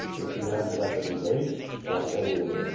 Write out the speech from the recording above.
if you have a japanese aid, let's say,